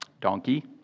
donkey